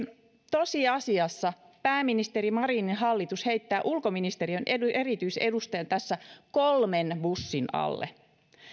tosiasiassa pääministeri marinin hallitus heittää ulkoministeriön erityisedustajan tässä kolmen bussin alle